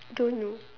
don't know